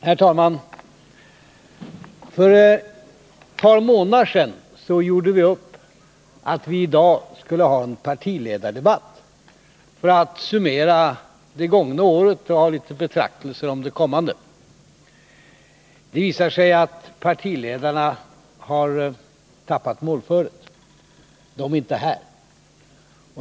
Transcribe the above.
Herr talman! För ett par månader sedan gjorde vi upp om att vi i dag skulle ha en partiledardebatt för att summera det gångna året och ha litet betraktelser om det kommande. Det visar sig att partiledarna har tappat målföret — de är inte här.